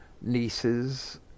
nieces